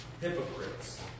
hypocrites